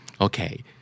okay